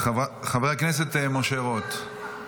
חבר הכנסת משה רוט.